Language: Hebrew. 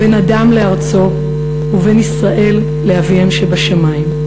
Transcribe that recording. בין אדם לארצו ובין ישראל לאביהם שבשמים.